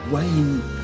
Wayne